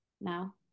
now